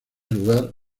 lugar